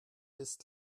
ist